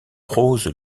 prose